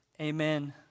Amen